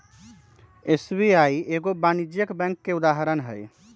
SBI एगो वाणिज्यिक bank के उदाहरण हइ